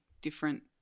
different